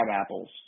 Apples